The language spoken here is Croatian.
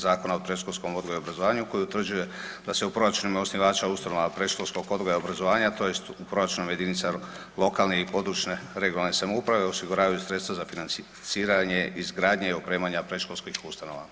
Zakona o predškolskom odgoju i obrazovanju koji utvrđuje da se u proračunima osnivača ustanova predškolskog odgoja i obrazovanja tj. u proračunu jedinica lokalne i područne regionalne samouprave osiguravaju sredstva za financiranje izgradnje i opremanje predškolskih ustanova.